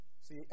See